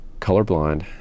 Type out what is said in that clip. colorblind